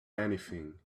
anything